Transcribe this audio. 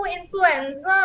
influenza